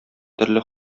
төрле